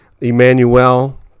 Emmanuel